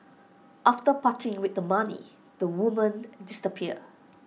after parting with the money the women disappear